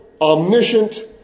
omniscient